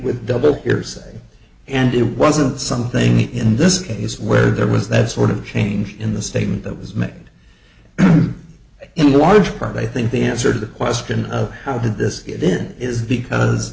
with double hearsay and it wasn't something in this case where there was that sort of change in the statement that was made in the large part i think the answer to the question of how did this this is because